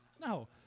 No